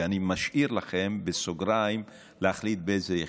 ואני משאיר לכם בסוגריים להחליט באיזו יחידה.